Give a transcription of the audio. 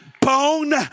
bone